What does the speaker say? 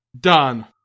Done